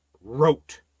wrote